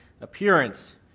appearance